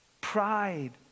pride